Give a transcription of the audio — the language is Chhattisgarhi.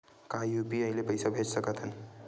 का यू.पी.आई ले पईसा भेज सकत हन?